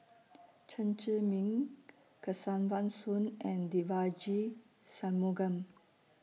Chen Zhiming Kesavan Soon and Devagi Sanmugam